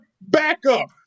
backup